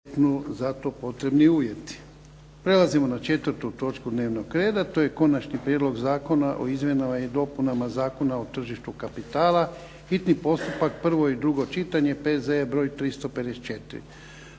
Ivan (HDZ)** Prelazimo na 4. točku dnevnog reda. To je - Konačni prijedlog zakona o izmjenama i dopunama Zakona o tržištu kapitala, hitni postupak, prvo i drugo čitanje, P.Z.E. br. 354.